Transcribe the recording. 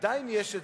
עדיין יש,